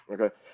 okay